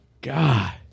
God